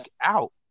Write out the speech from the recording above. out